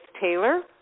Taylor